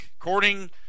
according